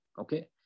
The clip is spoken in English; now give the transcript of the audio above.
Okay